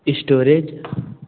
storage